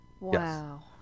Wow